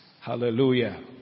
Hallelujah